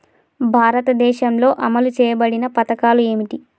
భారతదేశంలో అమలు చేయబడిన పథకాలు ఏమిటి?